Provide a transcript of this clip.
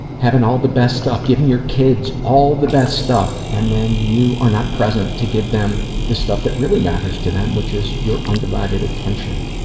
having all the best stuff, giving your kids all the best stuff, and then you are not present to give them the stuff that really matters to them, which is your undivided attention.